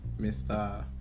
Mr